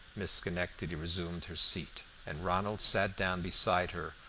miss schenectady resumed her seat, and ronald sat down beside her,